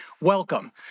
Welcome